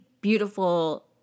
beautiful